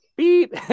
Beep